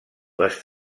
les